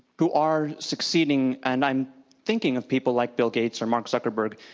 who are succeeding. and i'm thinking of people like bill gates or mark zuckerberg,